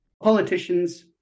Politicians